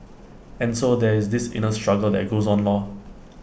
and so there is this inner struggle that goes on lor